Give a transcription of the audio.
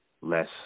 less